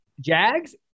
Jags